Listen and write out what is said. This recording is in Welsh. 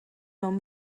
mewn